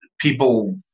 people